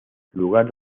lugar